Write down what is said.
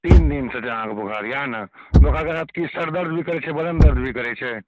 तीन दिनसँ छै अहाँकेँ बोखार इएह ने बोखारके बाद किछु सरदर्द भी करैत छै बदन दर्द भी करैत छै